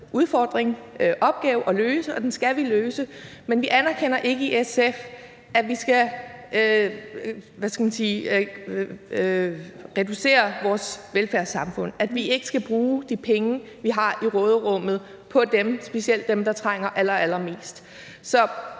og største opgave at løse, og den skal vi løse. Men vi anerkender ikke i SF, at vi skal – hvad skal man sige – reducere vores velfærdssamfund, at vi ikke skal bruge de penge, vi har i råderummet, på specielt dem, der trænger allerallermest.